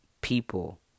People